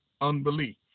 unbelief